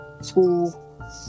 school